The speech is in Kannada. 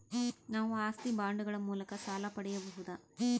ನಾವು ಆಸ್ತಿ ಬಾಂಡುಗಳ ಮೂಲಕ ಸಾಲ ಪಡೆಯಬಹುದಾ?